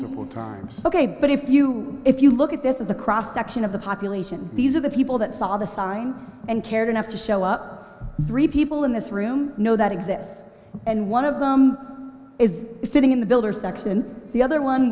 time ok but if you if you look at this is a cross section of the population these are the people that saw the sign and cared enough to show up three people in this room know that exists and one of them is sitting in the builder section and the other one